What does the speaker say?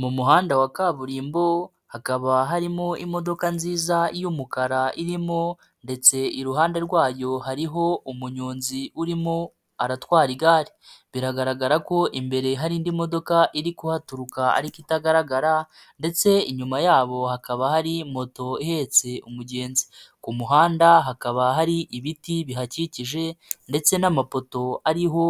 Mu muhanda wa kaburimbo hakaba harimo imodoka nziza y'umukara irimo ndetse iruhande rwayo hariho umunyonzi urimo aratwara igare biragaragara ko imbere hari indi modoka iri kuhaturuka ariko itagaragara ndetse inyuma yabo hakaba hari moto ihetse umugenzi ku muhanda hakaba hari ibiti bihakikije ndetse n'amapoto ariho